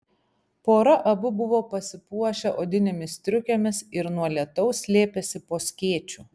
pora abu buvo pasipuošę odinėmis striukėmis ir nuo lietaus slėpėsi po skėčiu